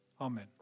Amen